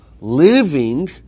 living